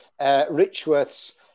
Richworths